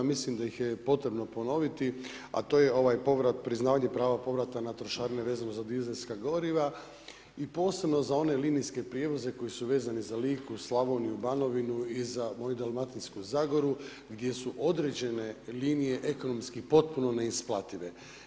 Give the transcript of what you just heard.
Mislim da ih je potrebno ponoviti, a to je ovaj povrat, priznavanje prava povrata na trošarine vezano za dizelska goriva i posebno za one linijske prijevoze koji su vezani za Liku, Slavoniju, Banovinu i za moju dalmatinsku zagoru gdje su određene linije ekonomski potpuno neisplative.